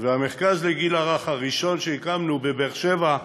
והמרכז לגיל הרך הראשון שהקמנו בבאר שבע,